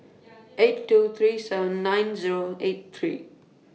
eight two three seven nine Zero eight three